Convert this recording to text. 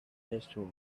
eastward